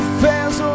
fails